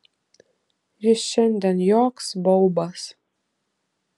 jis šiandien joks baubas